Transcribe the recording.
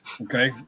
Okay